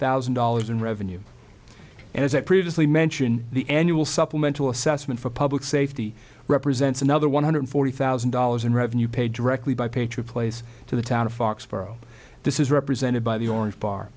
thousand dollars in revenue and as i previously mentioned the annual supplemental assessment for public safety represents another one hundred forty thousand dollars in revenue paid directly by patriot place to the town of foxborough this is represented by the orange bar